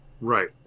right